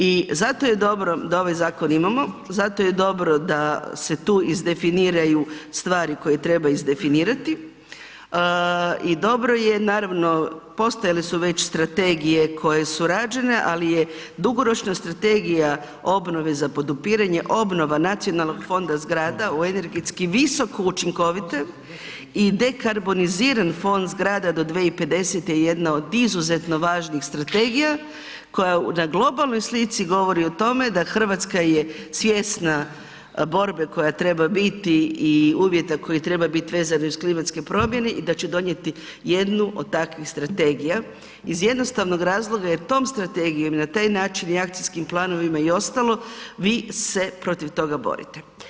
I zato je dobro da ovaj zakon imamo, zato je dobro da se tu izdefiniraju stvari koje treba izdefinirati i dobro je naravno postojale su već strategije koje su rađene ali je dugoročna strategija obnove za podupiranje obnova nacionalnog fonda zgrada u energetski visoko učinkovite i dekarboniziran fond zgrada do 2050. jedna od izuzetno važnih strategija koja na globalnoj slici govori o tome da Hrvatska je svjesna borbe koja treba biti i uvjeta koji treba biti vezano uz klimatske promjene i da će donijeti jednu od takvih strategija iz jednostavnog razloga jer tom strategijom i na taj način i akcijskim planovima i ostalo vi se protiv toga borite.